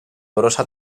brossa